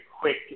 quick